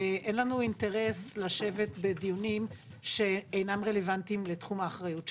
אין לנו אינטרס לשבת בדיונים שאינם רלוונטיים לתחום האחריות שלנו.